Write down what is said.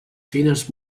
fines